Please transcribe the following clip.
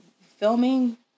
filming